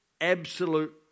absolute